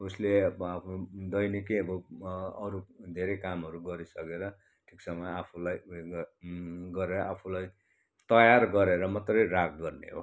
उसले दैनिकी अब अरू धेरै कामहरू गरिसकेर ठिकसँग आफूलाई उयो गरे गरेर आफूलाई तयार गरेर मात्रै राग गर्ने हो